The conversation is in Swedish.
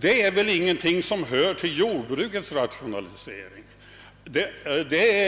Detta är väl ingenting som hör till jordbrukets rationalisering; det